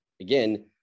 Again